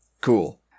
Cool